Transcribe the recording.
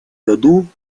году